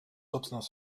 собственно